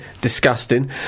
disgusting